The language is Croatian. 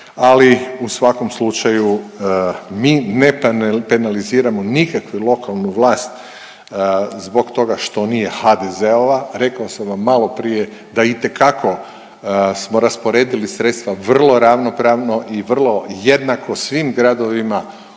ali u svakom slučaju mi ne penaliziramo nikakvu lokalnu vlast zbog toga što nije HDZ-ova. Rekao sam vam maloprije da itekako smo rasporedili sredstva vrlo ravnopravno i vrlo jednako svim gradovima od